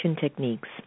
techniques